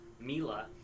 Mila